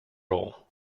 role